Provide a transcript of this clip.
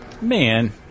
Man